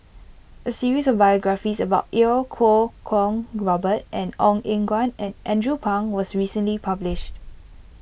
a series of biographies about Iau Kuo Kwong Robert Ong Eng Guan and Andrew Phang was recently published